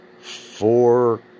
four